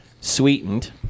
Sweetened